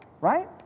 Right